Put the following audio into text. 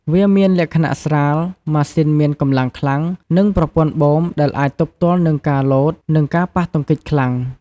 វាមានលក្ខណៈស្រាល ម៉ាស៊ីនមានកម្លាំងខ្លាំង និងប្រព័ន្ធបូម ដែលអាចទប់ទល់នឹងការលោត និងការប៉ះទង្គិចខ្លាំង។